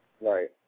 Right